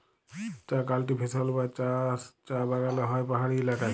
চাঁ কাল্টিভেশল বা চাষ চাঁ বাগালে হ্যয় পাহাড়ি ইলাকায়